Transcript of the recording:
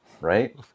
Right